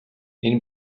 энэ